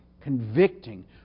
convicting